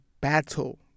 battle